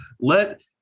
let